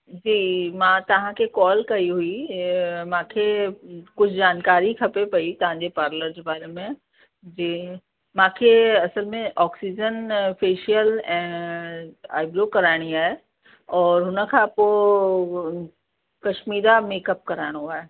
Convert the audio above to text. जी मां तव्हांखे कॉल कई हुई की मूंखे कुझु जानकारी खपे पई तव्हांजे पार्लर जे बारे में जी मूंखे असुल में ऑक्सीजन फेशियल ऐं आईब्रो कराइणी आहे और हुन खां पोइ कशमीरा मेकअप कराइणो आहे